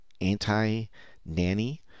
Anti-Nanny